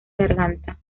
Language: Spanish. garganta